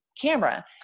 camera